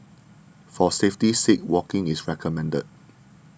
for safety's sake walking is recommended